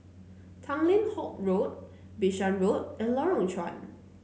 Tanglin Halt Road Bishan Road and Lorong Chuan